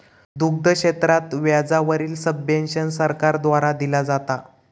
दुग्ध क्षेत्रात व्याजा वरील सब्वेंशन सरकार द्वारा दिला जाता